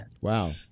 Wow